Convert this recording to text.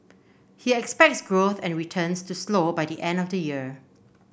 he expects growth and returns to slow by the end of the year